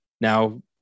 Now